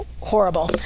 horrible